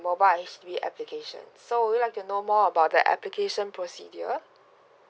H_D_B application so would like to know more about the application procedure